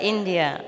India